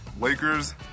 Lakers